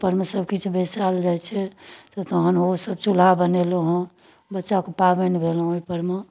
ओइपर मे सब किछु बैसायल जाइ छै तऽ तहन ओ सब चूल्हा बनेलहुँ हँ बच्चाके पाबनि भेल ओहिपर मे